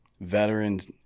veterans